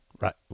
right